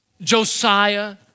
Josiah